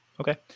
Okay